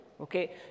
okay